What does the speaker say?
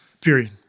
period